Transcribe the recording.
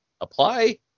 apply